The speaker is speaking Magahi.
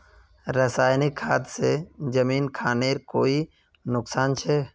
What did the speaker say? रासायनिक खाद से जमीन खानेर कोई नुकसान छे?